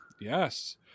Yes